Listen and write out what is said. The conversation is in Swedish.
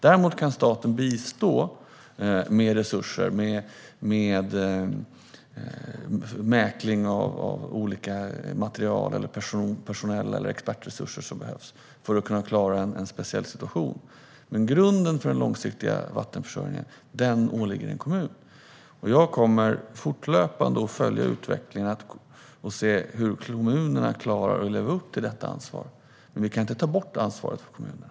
Däremot kan staten bistå med resurser, med mäkling av olika material, med personella resurser eller med de expertresurser som behövs för att man ska kunna klara en speciell situation. Grunden för den långsiktiga vattenförsörjningen åligger dock kommunen. Jag kommer fortlöpande att följa utvecklingen för att se hur kommunerna klarar att leva upp till detta ansvar. Men vi kan inte ta bort ansvaret från kommunerna.